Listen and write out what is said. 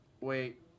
wait